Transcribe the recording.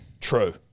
True